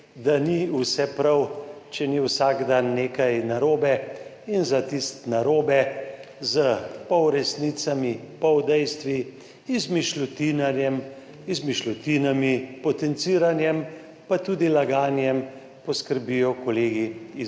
da ni vse prav, če ni vsak dan nekaj narobe. In za tisti narobe s polresnicami, poldejstvi, izmišljotinami, potenciranjem, pa tudi laganjem, poskrbijo kolegi iz